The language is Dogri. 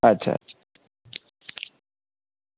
अच्छा अच्छा